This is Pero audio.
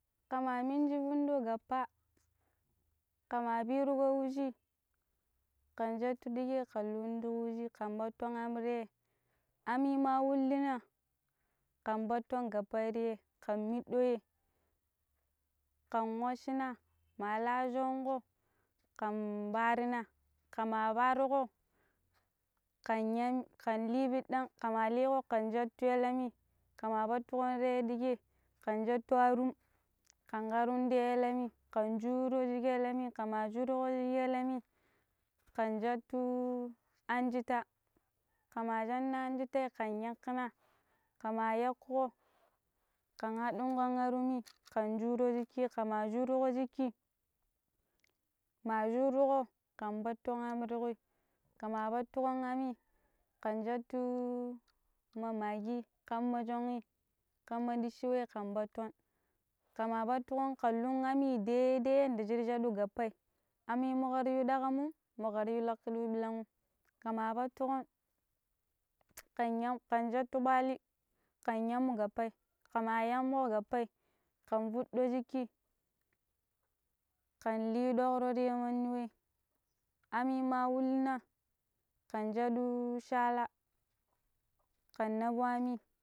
Kamma minji wunduƙo gappa kama biriƙo wuji kan jettu diƙei kan lu ti wuji kamma ton aam rei aami ma wulina kam batton gappa ri yei kan middo yei, kan washina ma la shongo kan barina kama baruƙo kan yan kan li pidan kama leeƙo kan jette yalammi kama batun ye ɗikke kan jettu arum kan karu ti yalami ka juro ji ki yalami kama juro ji yalammi kan jettu anjita kama janna anjita ka yakina kama yakuƙo kan hadu kan arun ii kan shurƙo jiki, kama shurƙo jiki ma shurƙo kan batto am ti ƙwi kama battuƙo aamin kam shattu ma maggi kamma shọn i kamma dishi wei kan batton kamma batuƙo ka lun aami daidai yanda shiri shaddu gappai aami magaryu dagam magaryu dagam makaryu lakidiu kuma kama batuƙo kan yan kan shettu paali kan yamu gappai kamma yammu gappai kam viddo jiki kan li dok ro tiya mandi wey aammi ma wulina ka shadu shalla kan nabu aami